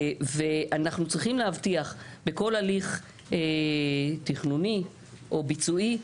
ואנחנו צריכים להבטיח בכל הליך תכננוני או ביצועי,